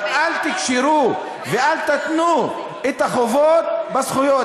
אבל אל תקשרו ואל תתנו את החובות בזכויות,